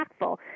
impactful